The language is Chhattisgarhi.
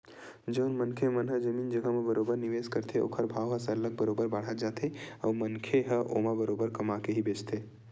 जउन मनखे मन ह जमीन जघा म बरोबर निवेस करथे ओखर भाव ह सरलग बरोबर बाड़त जाथे अउ मनखे ह ओमा बरोबर कमा के ही बेंचथे